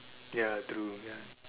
ya true ya